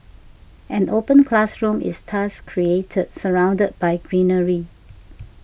an open classroom is thus created surrounded by greenery